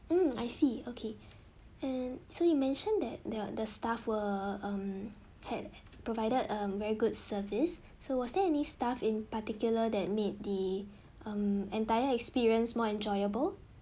mm I see okay and so you mention that there are the staff were um had provided um very good service so was there any staff in particular that made the um entire experience more enjoyable